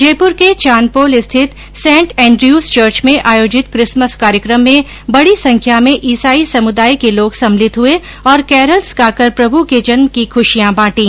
जयपुर के चांदपोल स्थित Saint Andrew's church में आयोजित किसमस कार्यक्रम में बडी संख्या में ईसाई समुदाय के लोग सम्मिलित हुए और केरल्स गाकर प्रभू के जन्म की खुशियां बांटी